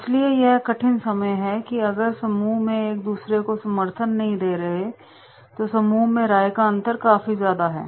इसलिए यह कठिन समय है अगर समूह एक दूसरे को समर्थन नहीं दे रहा और समूह में राय का अंतर काफी ज़्यादा है